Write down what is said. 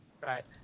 right